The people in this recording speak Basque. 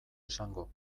esango